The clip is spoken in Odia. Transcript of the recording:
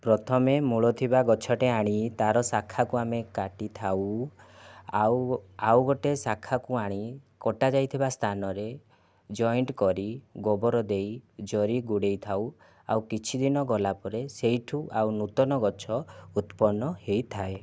ପ୍ରଥମେ ମୂଳଥିବା ଗଛଟିଏ ଆଣି ତାର ସାଖାକୁ ଆମେ କାଟିଥାଉ ଆଉ ଆଉ ଗୋଟିଏ ଶାଖାକୁ ଆଣି କଟାଯାଇଥିବା ସ୍ଥାନରେ ଜଏଣ୍ଟ କରି ଗୋବର ଦେଇ ଜରି ଗୁଡ଼େଇ ଦେଇଥାଉ ଆଉ କିଛିଦିନ ଗଲାପରେ ସେହିଠାରୁ ଆଉ ନୂତନ ଗଛ ଉତ୍ପନ୍ନ ହୋଇଥାଏ